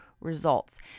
results